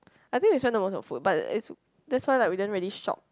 I think they try use our food but it's that's why we didn't really shop